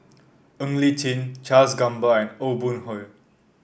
Ng Li Chin Charles Gamba and Aw Boon Haw